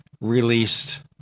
released